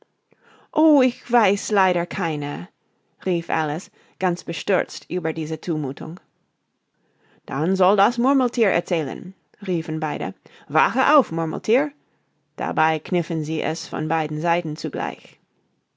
o ich weiß leider keine rief alice ganz bestürzt über diese zumuthung dann soll das murmelthier erzählen riefen beide wache auf murmelthier dabei kniffen sie es von beiden seiten zugleich